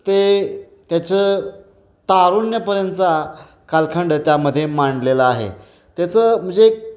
ते त्याचं तारुण्यापर्यंतचा कालखंड त्यामध्ये मांडलेला आहे त्याचं म्हणजे